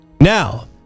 Now